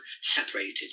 separated